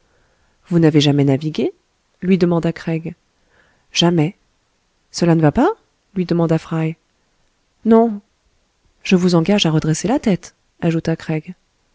vous n'avez jamais navigué lui demanda craig jamais cela ne va pas lui demanda fry non je vous engage à redresser la tête ajouta craig